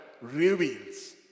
reveals